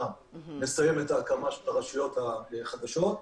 נסיים את ההקמה של הרשויות החדשות.